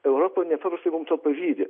europoj nepaprastai mum to pavydi